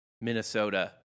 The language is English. Minnesota